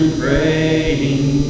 praying